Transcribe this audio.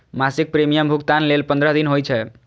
मासिक प्रीमियम भुगतान लेल पंद्रह दिन होइ छै